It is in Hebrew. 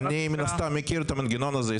אני, מן הסתם, מכיר את המנגנון הזה.